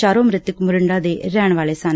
ਚਾਰੋ ਮਿਤਕ ਮੋਰਿੰਡਾ ਦੇ ਰਹਿਣ ਵਾਲੇ ਸਨ